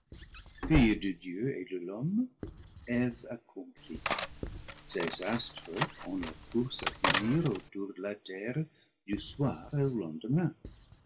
de dieu et de l'homme eve accomplie ces astres ont leur course à finir autour de la terre du soir au